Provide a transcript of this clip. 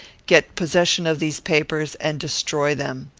get possession of these papers, and destroy them.